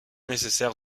nécessaire